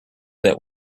that